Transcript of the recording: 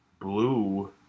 blue